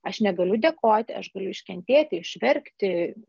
aš negaliu dėkoti aš galiu iškentėti išverkti